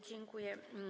Dziękuję.